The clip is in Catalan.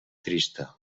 trista